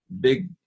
big